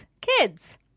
kids